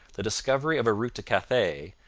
the discovery of a route to cathay,